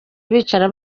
bicara